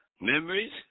Memories